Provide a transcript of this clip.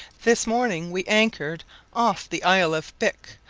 this morning we anchored off the isle of bic,